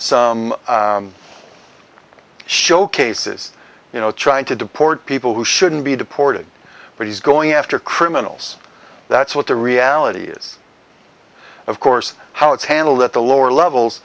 some showcases you know trying to deport people who shouldn't be deported but he's going after criminals that's what the reality is of course how it's handled at the lower levels